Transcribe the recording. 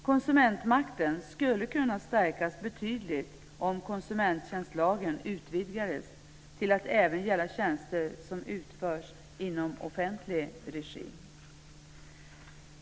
Konsumentmakten skulle kunna stärkas betydligt om konsumenttjänstlagen utvidgades till att även gälla tjänster som utförs i offentlig regi.